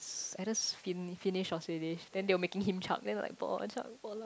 S~ either Fin~ Finnish or Swedish then they were making him chug then like chug